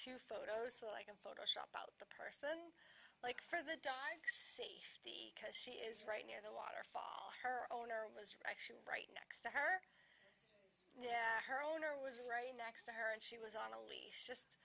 to photos like and photoshop out the person like for the dive safety because she is right near the waterfall her owner was actually right next to her yeah her owner was right next to her and she was on a leash just